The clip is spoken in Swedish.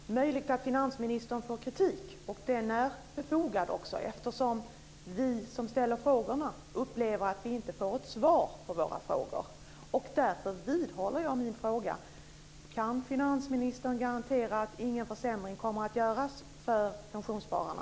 Herr talman! Det är möjligt att finansministern får kritik, och den är också befogad eftersom vi som ställer frågorna upplever att vi inte får något svar. Därför vidhåller jag min fråga: Kan finansministern garantera att ingen försämring kommer att göras för pensionsspararna?